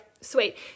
sweet